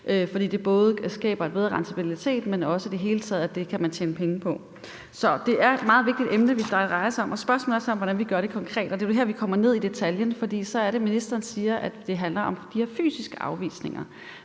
det skaber bedre rentabilitet, og i det hele taget kan man tjene penge på det. Så det er et meget vigtigt emne, det drejer sig om. Spørgsmålet er så, hvordan vi gør det konkret, og det er vel her, vi kommer ned i detaljen, for så er det, ministeren siger, at det handler om de her fysiske afvisninger.